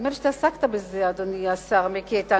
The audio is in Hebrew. נדמה לי שאתה עסקת בזה, אדוני השר מיקי איתן.